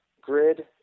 grid